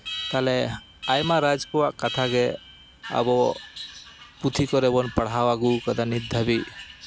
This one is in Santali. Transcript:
ᱛᱟᱦᱚᱞᱮ ᱟᱭᱢᱟ ᱨᱟᱡᱽ ᱠᱚᱣᱟᱜ ᱠᱟᱛᱷᱟ ᱜᱮ ᱟᱵᱚ ᱯᱩᱛᱷᱤ ᱠᱚᱨᱮ ᱵᱚᱱ ᱯᱟᱲᱦᱟᱣ ᱟᱜᱩ ᱠᱟᱫᱟ ᱱᱤᱛ ᱫᱷᱟᱹᱵᱤᱡ